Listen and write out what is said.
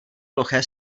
ploché